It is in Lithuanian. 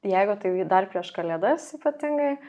jeigu tai dar prieš kalėdas ypatingai